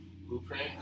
blueprint